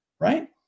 Right